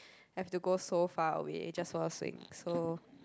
have to go so far away just for a swing so